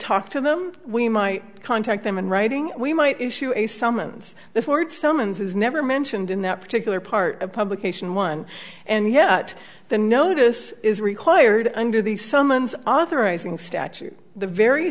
talk to them we might contact them in writing we might issue a summons the ford summons is never mentioned in that particular part of publication one and yet the notice is required under the summons authorizing statute the very